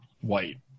white